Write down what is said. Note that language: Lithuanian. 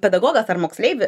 pedagogas ar moksleivi